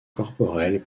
corporelle